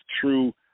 true